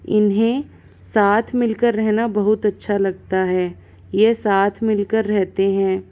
इन्हें साथ मिल कर रहना बहुत अच्छा लगता है यह साथ मिल कर रहते हैं